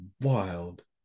wild